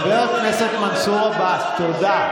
אישרת או לא אישרת, חבר הכנסת מנסור עבאס, תודה,